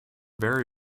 very